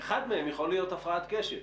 אחד מהם יכול להיות הפרעת קשב.